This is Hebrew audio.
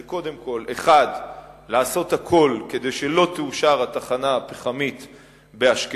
הם קודם כול: 1. לעשות הכול כדי שלא תאושר התחנה הפחמית באשקלון,